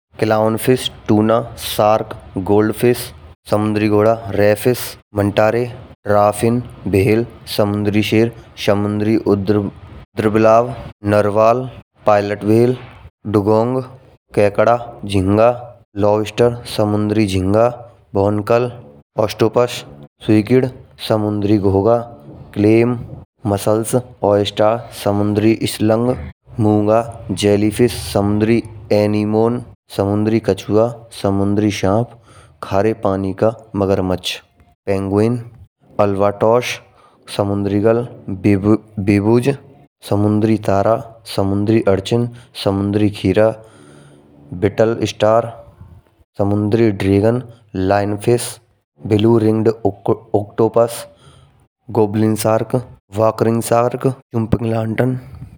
Clown fish, tuna shark, gold fish, समुद्री घोड़ा, रेफिस मन्तारे रफीन बहर समुद्री शेर, समुद्री उदार बुलाव, नारवाल पायलट वेल। दुगोंग, केकड़ा झींगा लॉबस्टर समुद्री झींगा भवन कल। पॉस्टोपस, सेविकिड समुद्री घोघा, क्लेव मुसल, अस्त, समुद्री स्लंग, मूंगा जेलीफिश समुद्री एनिमल। समुद्री कछुआ समुद्री सर्प, खारे पानी का मगरमच्छ। पेंगुइन अल्बाट्रोस समुद्रगल, बेबूज समुद्री तारा समुद्री अर्च। समुद्री खीरा वित्थल स्टार, समुद्री dragon lion fish. Blue ring octopus, goblin shark वक्रिन शार्क कम्पनी ग्लान्टन।